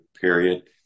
period